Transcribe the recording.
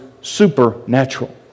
supernatural